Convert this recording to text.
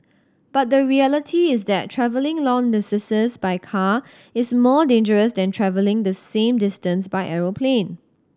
but the reality is that travelling long distances by car is more dangerous than travelling the same distance by aeroplane